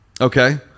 Okay